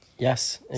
Yes